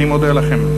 אני מודה לכם.